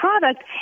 product